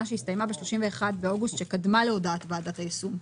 שהסתיימה ב-31 באוגוסט שקדם להודעת ועדת היישום.